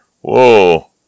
Whoa